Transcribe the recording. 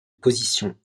position